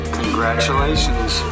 congratulations